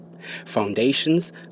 Foundations